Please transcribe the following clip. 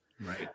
right